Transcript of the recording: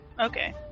Okay